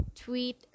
tweet